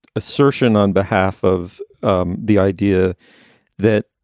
assertion on behalf of um the idea that